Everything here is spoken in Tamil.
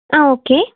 ஆ ஓகே